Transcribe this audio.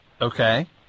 okay